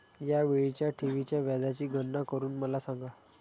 या वेळीच्या ठेवीच्या व्याजाची गणना करून मला सांगा